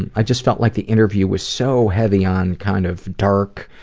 and i just felt like the interview was so heavy on kind of dark,